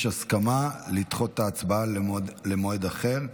יש הסכמה לדחות את ההצבעה למועד אחר,